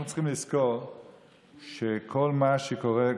אנחנו צריכים לזכור שכל מה שקורה,